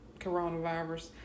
coronavirus